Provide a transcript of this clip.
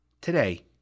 today